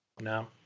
No